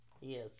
Yes